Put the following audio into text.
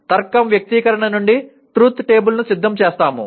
తర్కం వ్యక్తీకరణ నుండి ట్రూత్ టేబుల్ ను సిద్ధం చేస్తాము